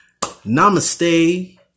Namaste